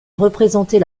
représenter